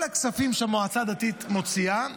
כל הכספים שהמועצה הדתית מוציאה,